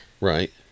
Right